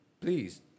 please